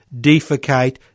defecate